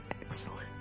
excellent